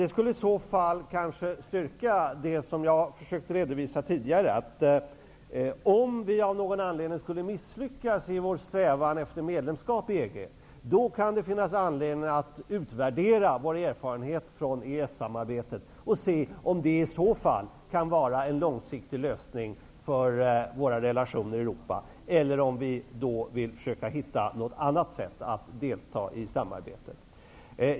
Det skulle i så fall styrka det som jag försökte redovisa tidigare, att det, om vi av någon anledning skulle misslyckas i vår strävan efter medlemskap i EG, då kan finnas anledning att utvärdera våra erfarenheter från EES-samarbetet och se om det i så fall kan bli en långsiktig lösning för våra relationer med Europa eller om vi skall försöka hitta annat sätt att delta i samarbetet.